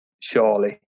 surely